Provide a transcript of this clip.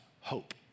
hope